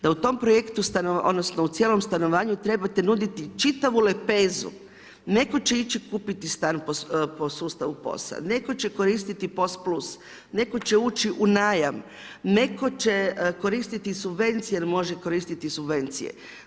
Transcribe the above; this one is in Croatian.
Da u tom projektu, odnosno, u cijelom stanovanju, trebate nuditi čitavu lepezu, netko će ići kupiti staru po sustavu POS-a, netko će koristiti POS plus, netko će ući u najam, netko će koristiti subvencije, jer može koristiti subvencije.